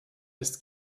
ist